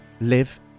live